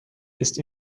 ist